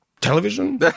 television